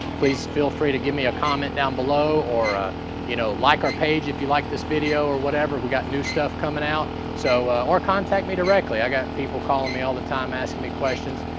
please feel free to give me a comment down below, or you know, like our page if you like this video, or whatever. we got new stuff coming out, so. or contact me directly. i got people calling me all the time, asking me questions.